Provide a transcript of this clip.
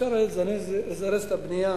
אפשר לזרז את הבנייה,